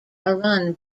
arun